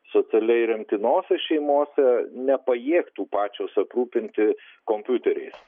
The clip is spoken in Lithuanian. socialiai remtinose šeimose nepajėgtų pačios aprūpinti kompiuteriais